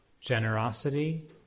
generosity